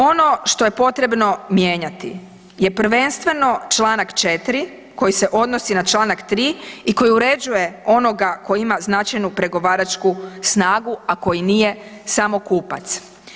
Dakle, ono što je potrebno mijenjati je prvenstveno Članak 4. koji se odnosi na Članak 3. i koji uređuje onoga koji ima značajnu pregovaračku snagu, a koji nije samo kupac.